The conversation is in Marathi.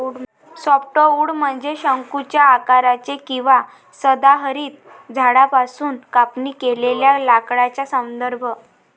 सॉफ्टवुड म्हणजे शंकूच्या आकाराचे किंवा सदाहरित झाडांपासून कापणी केलेल्या लाकडाचा संदर्भ